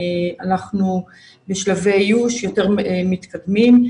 אנחנו בשלבי איוש יותר מתקדמים.